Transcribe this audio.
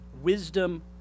wisdom